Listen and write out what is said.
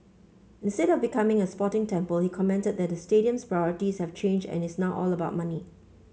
instead of becoming a sporting temple he commented that the stadium's priorities have changed and it's now all about money